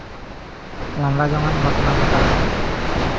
ᱞᱟᱸᱫᱟ ᱡᱚᱝᱟᱱ ᱜᱷᱚᱴᱚᱱᱟ ᱜᱷᱚᱴᱟᱣ ᱮᱱᱟ